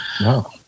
Wow